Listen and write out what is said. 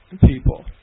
people